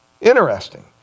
Interesting